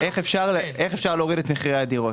אבל --- איך אפשר להוריד את מחירי הדירות.